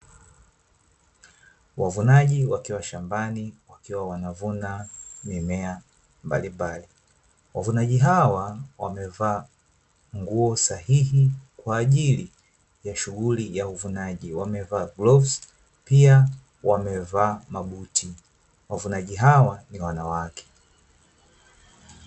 Wavunaji wakiwa shambani wakiwa wanavuna mimea mbalimbali. Wavunaji hawa wamevaa nguo sahihi kwa ajili ya shughuli ya uvunaji, wamevaa glavu pia wamevaa mabuti. Wavunaji hawa ni wanawake.